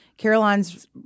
Caroline's